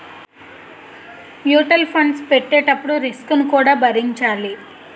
mutual funds పెట్టేటప్పుడు risk ను కూడా భరించాలి